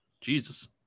Jesus